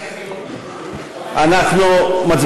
אראל מרגלית,